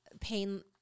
pain